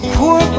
poor